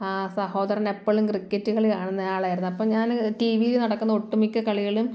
സഹോദരൻ എപ്പോഴും ക്രിക്കറ്റ് കളി കാണുന്ന ആളായിരുന്നു അപ്പം ഞാൻ ടി വിയിൽ നടക്കുന്ന ഒട്ടുമിക്ക കളികളും